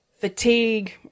fatigue